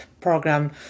program